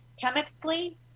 chemically